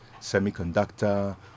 semiconductor